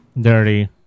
Dirty